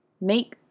Make